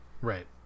right